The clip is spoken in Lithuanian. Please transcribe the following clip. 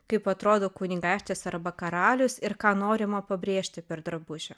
kaip atrodo kunigaikštis arba karalius ir ką norima pabrėžti per drabužį